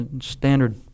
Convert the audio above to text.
standard